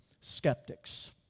skeptics